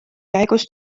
käigus